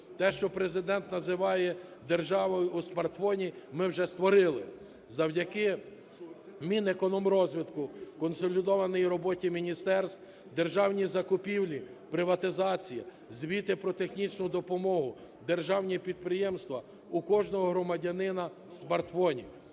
Те, що Президент називає державою у смартфоні, ми вже створили. Завдяки Мінекономрозвитку, консолідованій роботі міністерств державні закупівлі, приватизація, звіти про технічну допомогу, державні підприємства у кожного громадянина у смартфоні.